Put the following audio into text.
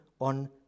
on